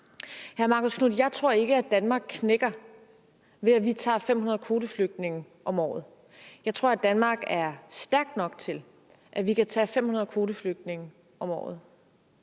hr. Marcus Knuth: Jeg tror ikke, at Danmark knækker, ved at vi tager 500 kvoteflygtninge om året. Jeg tror, at Danmark er stærk nok til, at vi kan tage 500 kvoteflygtninge om året.